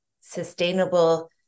sustainable